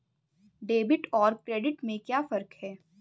Debit और credit में क्या फर्क है?